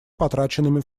потраченными